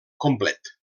complet